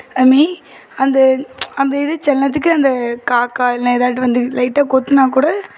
அம்மி அந்த அந்த இது சில நேரத்துக்கு அந்த காக்க இல்லைனா எதாவது வந்து லைட்டாக கொத்துனால் கூட